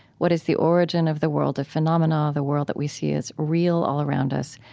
what is the origin of the world of phenomena, the world that we see as real all around us?